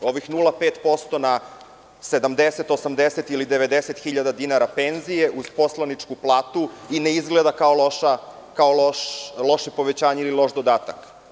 Ovih 0,5% na 70, 80, 90 hiljada dinara penzije uz poslaničku platu ne izgleda kao loše povećanje ili loš dodatak.